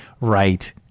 Right